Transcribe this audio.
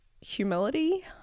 humility